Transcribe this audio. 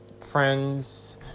friends